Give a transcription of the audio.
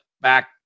back